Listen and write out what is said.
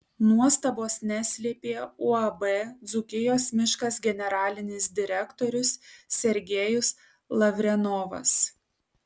nuostabos neslėpė uab dzūkijos miškas generalinis direktorius sergejus lavrenovas